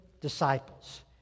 disciples